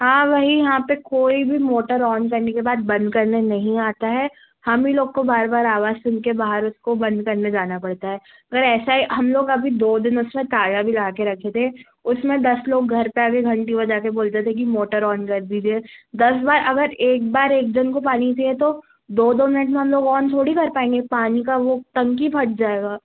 हाँ वही यहाँ पे कोई भी मोटर ऑन करने के बाद बंद करने नहीं आता है हमी लोग को बार बार आवाज़ सुन कर बाहर उसको बंद करने जाना पड़ता है अगर ऐसा है हम लोग अभी दो दिन उसमें ताला भी लगा कर रखे थे उसमें दस लोग घर पर आ कर घंटी बजा कर बोलते थे कि मोटर ऑन कर दीजिए दस बार अगर एक बार एक जन को पानी चाहिए तो दो दो मिनट में हम लोग ऑन थोड़ी कर पाएंगे पानी का वो टंकी फट जाएगा